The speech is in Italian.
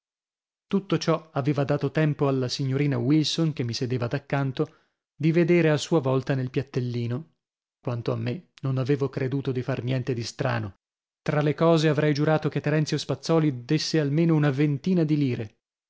tutto ciò aveva dato tempo alla signorina wilson che mi sedeva daccanto di vedere a sua volta nel piattellino quanto a me non avevo creduto di far niente di strano tra l'altre cose avrei giurato che terenzio spazzòli dèsse almeno una ventina di lire